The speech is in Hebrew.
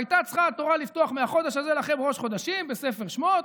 הייתה צריכה התורה לפתוח מ"החדש הזה לכם ראש חדשים" בספר שמות.